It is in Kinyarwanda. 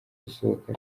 gusohoka